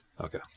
Okay